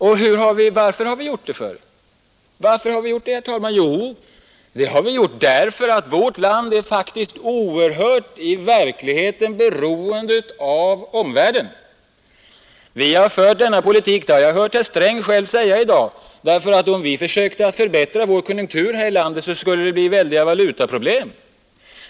Och varför har vi gjort det, herr talman? Jo, det har vi gjort för att vårt land faktiskt i verkligheten är oerhört beroende av omvärlden. Vi har fört denna politik — det har jag hört herr Sträng själv säga i dag — för att om vi försökte förbättra vår konjunktur här i landet, skulle det bli väldiga valutaproblem.